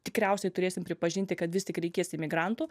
tikriausiai turėsim pripažinti kad vis tik reikės imigrantų